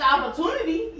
opportunity